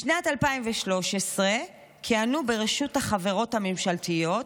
בשנת 2013 כיהנו ברשות החברות הממשלתיות